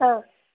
অঁ